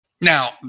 Now